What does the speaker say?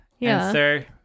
answer